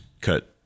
cut